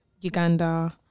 Uganda